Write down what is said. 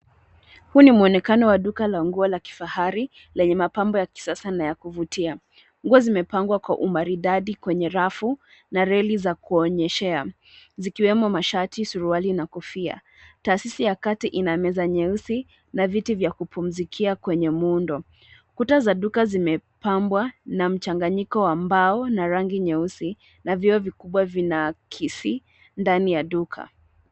Huu ni mwonekano waduka la nguo la kifahari, lenye mapambo ya kifasa na ya kuvutia. Nguo zimepangwa kwa umaridadi, kwenye rafu, na reli zakuwaonyeshea. Zikwemo mashati, suruali na kofia. Tasisi ya kati inameza nyeusi na viti vya kupumzikia kwenye muundo. Kuta zaduka zimepambwa na mchanganiko wa mbao na rangi nyeusi na vioo vinaakisi dani ya duka.